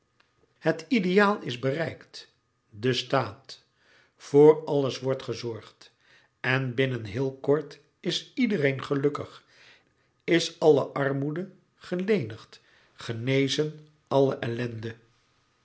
het ideaal is bereikt de staat voor alles wordt gezorgd en binnen heel kort is iedereen gelukkig is alle armoede gelenigd genezen alle ellende